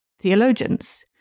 theologians